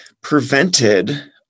prevented